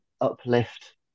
uplift